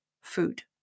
food